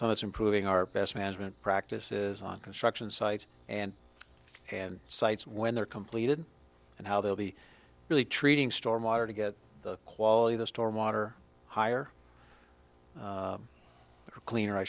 so it's improving our best management practices on construction sites and and sites when they're completed and how they'll be really treating stormwater to get the quality the stormwater higher cleaner i